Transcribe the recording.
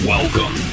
Welcome